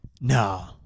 No